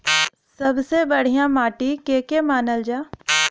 सबसे बढ़िया माटी के के मानल जा?